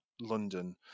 London